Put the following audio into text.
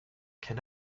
can